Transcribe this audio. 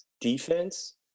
defense